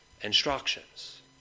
instructions